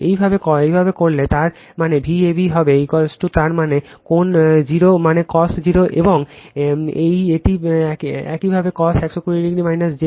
একইভাবে করলে তার মানে Vab হবে তার মানে কোণ 0 মানে cos0 এবং এই একটি একইভাবে cos 120 j sin 120o